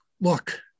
look